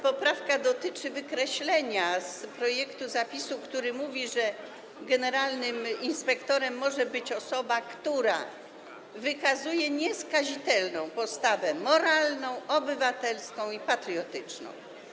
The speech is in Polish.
Poprawka dotyczy wykreślenia z projektu zapisu, który mówi, że generalnym inspektorem może być osoba, która wykazuje nieskazitelną postawę moralną, obywatelską i patriotyczną.